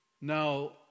Now